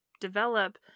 develop